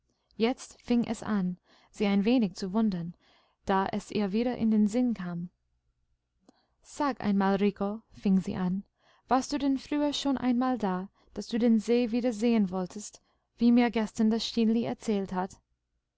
jetzt fing es an sie ein wenig zu wundern da es ihr wieder in den sinn kam sag einmal rico fing sie an warst du denn früher schon einmal da daß du den see wiedersehen wolltest wie mir gestern das stineli erzählt hat